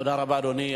תודה רבה, אדוני.